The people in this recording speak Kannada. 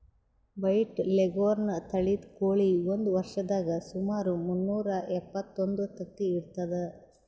ವೈಟ್ ಲೆಘೋರ್ನ್ ತಳಿದ್ ಕೋಳಿ ಒಂದ್ ವರ್ಷದಾಗ್ ಸುಮಾರ್ ಮುನ್ನೂರಾ ಎಪ್ಪತ್ತೊಂದು ತತ್ತಿ ಇಡ್ತದ್